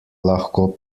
lahko